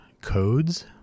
codes